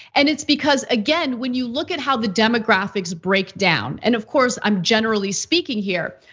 and it's because again, when you look at how the demographics break down and, of course, i'm generally speaking here.